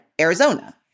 Arizona